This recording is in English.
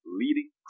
leading